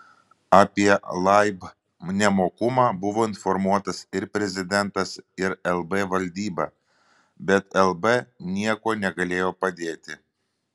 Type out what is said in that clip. apie laib nemokumą buvo informuotas ir prezidentas ir lb valdyba bet lb niekuo negalėjo padėti